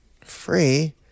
Free